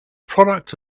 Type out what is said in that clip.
product